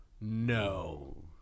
No